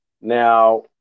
Now